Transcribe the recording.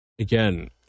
again